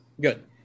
Good